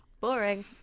Boring